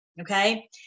Okay